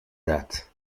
that